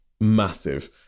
massive